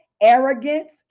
arrogance